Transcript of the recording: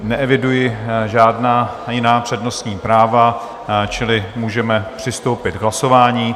Neeviduji žádná jiná přednostní práva, čili můžeme přistoupit k hlasování.